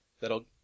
That'll